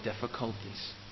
difficulties